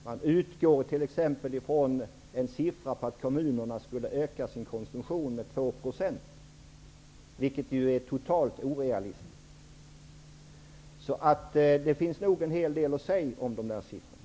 Man utgår t.ex. från att kommunerna skulle öka sin konsumtion med 2 %, vilket är totalt orealistiskt. Det finns nog en hel del att säga om de siffrorna.